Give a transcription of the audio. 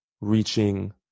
reaching